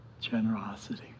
generosity